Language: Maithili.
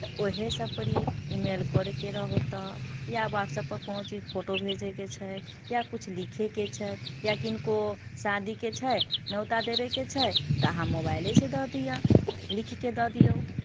तऽ उएहसभ पर ही ई इमेल करैके रहै तऽ या ह्वाटसअपपर कोनो चीज फोटो भेजैके छै या किछु लिखैके छै या किनको शादीके छै न्यौता देबयके छै तऽ अहाँ मोबाइलेसँ दऽ दिअ लिखि कऽ दऽ दियौ